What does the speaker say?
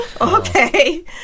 Okay